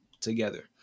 together